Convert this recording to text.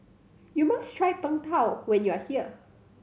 you must try Png Tao when you are here